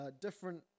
different